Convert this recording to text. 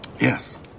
Yes